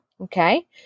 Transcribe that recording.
okay